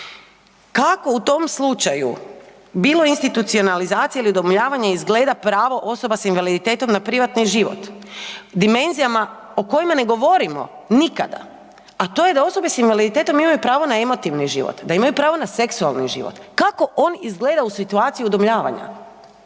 Kako u tom slučaju, bilo institucionalizacije ili udomljavanje izgleda pravo osoba s invaliditetom na privatni život? Dimenzijama o kojima ne govorimo nikada, a to je da osobe s invaliditetom imaju pravo na emotivni život, da imaju pravo na seksualni život. Kako on izgleda u situaciji udomljavanja?